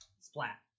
Splat